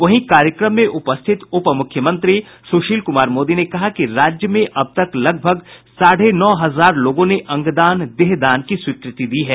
वहीं कार्यक्रम में उपस्थित उप मुख्यमंत्री सुशील कुमार मोदी ने कहा कि राज्य में अब तक लगभल साढे नौ हजार लोगों ने अंगदान देह दान की स्वीकृति दी है